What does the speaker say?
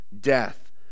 Death